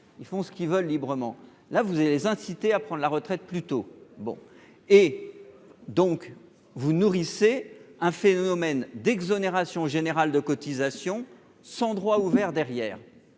ils font ce qu'ils veulent. Vous allez les inciter à prendre leur retraite plus tôt, tout en nourrissant un phénomène d'exonération générale de cotisations sans droits ouverts derrière.